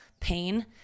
pain